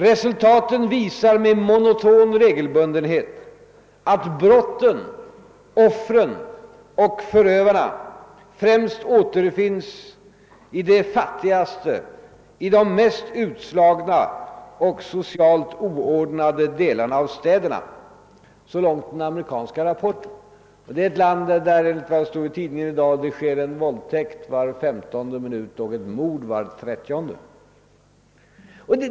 Resultaten visar med monoton regelbundenhet, att brotten, offren och förövarna främst återfinns i de fattigaste, i de mest utslagna och socialt oordnade delarna av städerna.» Amerika är ett land där det enligt dagens tidning sker en våldtäkt var femtonde minut och ett mord var trettionde.